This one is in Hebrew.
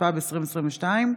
התשפ"ב 2022,